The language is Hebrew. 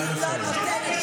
במה היא לא נותנת?